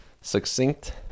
succinct